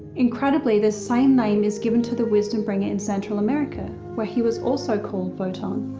incredibly, the same name is given to the wisdom bringer in central america where he was also called votan.